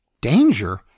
Danger